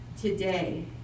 today